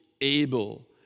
able